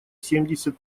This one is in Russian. семьдесят